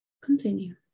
Continue